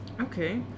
Okay